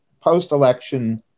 post-election